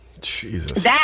Jesus